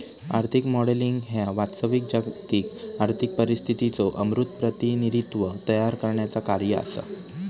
आर्थिक मॉडेलिंग ह्या वास्तविक जागतिक आर्थिक परिस्थितीचो अमूर्त प्रतिनिधित्व तयार करण्याचा कार्य असा